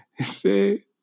see